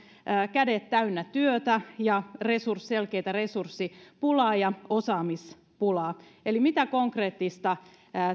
kädet täynnä työtä ja selkeää resurssipulaa ja osaamispulaa eli mitä konkreettista